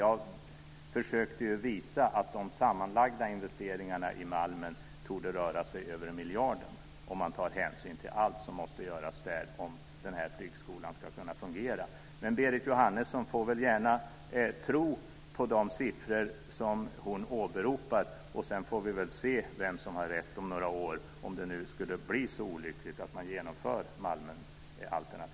Jag försökte visa att de sammanlagda investeringarna på Malmen torde röra sig om över miljarden om man tar hänsyn till allt som måste göras där för att flygskolan ska kunna fungera. Berit Jóhannesson får gärna tro på de siffror som hon åberopar, och sedan får vi väl se om några år vem som har rätt, om det nu skulle bli så olyckligt att